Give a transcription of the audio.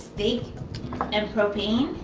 steak and propane?